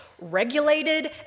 regulated